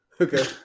Okay